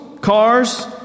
cars